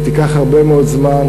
היא תיקח הרבה מאוד זמן,